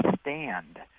stand